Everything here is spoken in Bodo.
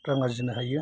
रां आरजिनो हायो